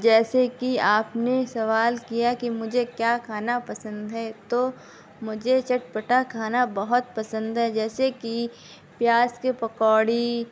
جیسے کہ آپ نے سوال کیا کہ مجھے کیا کھانا پسند ہے تو مجھے چٹپٹا کھانا بہت پسند ہے جیسے کہ پیاز کے پکوڑی